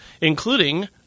including